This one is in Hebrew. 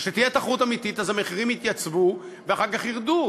וכשתהיה תחרות אמיתית אז המחירים יתייצבו ואחר כך ירדו.